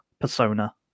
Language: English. persona